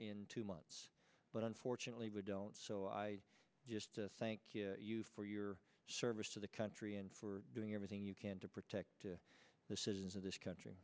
in two months but unfortunately we don't so i just thank you for your service to the country and for doing everything you can to protect the citizens of this country